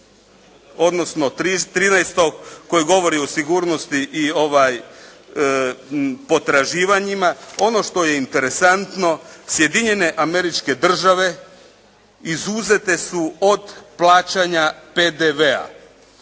odnosno 13. koji govori o sigurnosti i potraživanjima, ono što je interesantno Sjedinjene Američke Države izuzete su od plaćanja PDV-a.